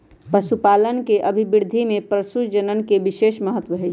पशुपालन के अभिवृद्धि में पशुप्रजनन के विशेष महत्त्व हई